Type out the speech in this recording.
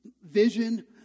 Vision